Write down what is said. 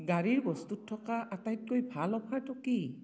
গাড়ীৰ বস্তুত থকা আটাইতকৈ ভাল অ'ফাৰটো কি